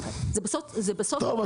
בסוף --- טוב,